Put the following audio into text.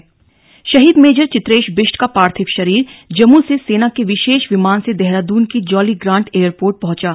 शहीद मेजर चित्रेश बिष्ट शहीद मेजर चित्रेश बिष्ट का पार्थिव शरीर जम्मू से सेना के विशेष विमान से देहरादून के जौलीग्रांट एयरपोर्ट पहुंचा